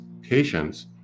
patients